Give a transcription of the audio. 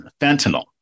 fentanyl